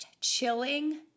chilling